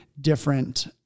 different